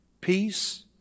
peace